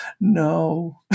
no